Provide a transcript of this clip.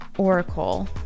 Oracle